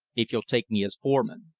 if you'll take me as foreman.